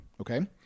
okay